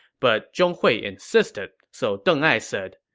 but zhong hui insisted, so deng ai said,